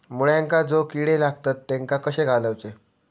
मुळ्यांका जो किडे लागतात तेनका कशे घालवचे?